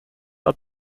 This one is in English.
are